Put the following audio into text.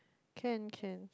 can can